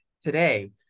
today –